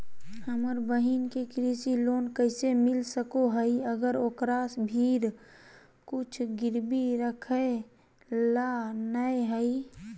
हमर बहिन के कृषि लोन कइसे मिल सको हइ, अगर ओकरा भीर कुछ गिरवी रखे ला नै हइ?